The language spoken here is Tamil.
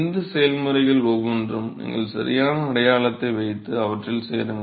இந்த செயல்முறைகள் ஒவ்வொன்றும் நீங்கள் சரியான அடையாளத்தை வைத்து அவற்றில் சேருங்கள்